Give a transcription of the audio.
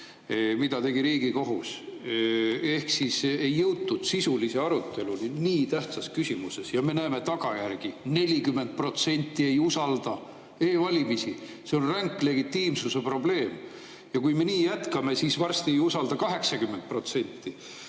Seda just Riigikohus tegi. Ei jõutud sisuliste aruteludeni nii tähtsas küsimuses. Ja me näeme tagantjärgi, et 40% ei usalda e-valimisi. See on ränk legitiimsuse probleem. Kui me nii jätkame, siis varsti ei usalda